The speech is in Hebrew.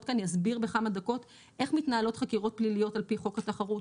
כאן יסביר בכמה דקות איך מתנהלות חקירות פליליות על פי חוק התחרות,